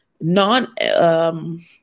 non